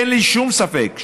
אין לי שום ספק,